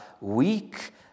weak